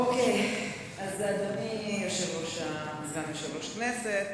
אדוני סגן יושב-ראש הכנסת,